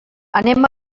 anem